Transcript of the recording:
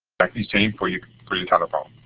like the same for your telephone.